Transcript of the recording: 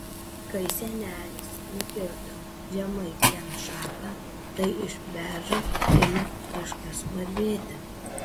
kai senelis nukirto žemai vieną šaką tai iš beržo ėmė kažkas varvėti